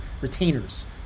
retainers